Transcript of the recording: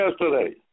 yesterday